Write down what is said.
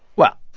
well,